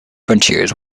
frontiers